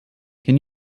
can